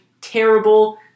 terrible